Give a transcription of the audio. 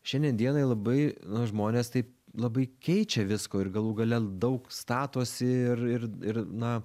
šiandien dienai labai nu žmonės taip labai keičia visko ir galų gale daug statosi ir ir ir na